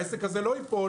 העסק הזה לא ייפול.